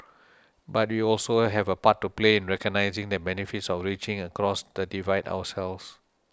but we also have a part to play in recognising the benefits of reaching across the divide ourselves